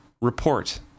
Report